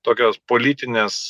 tokios politinės